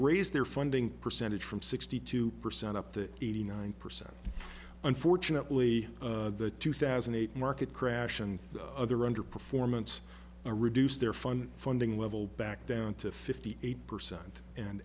raised their funding percentage from sixty two percent up to eighty nine percent unfortunately the two thousand and eight market crash and other under performance to reduce their fun funding level back down to fifty eight percent and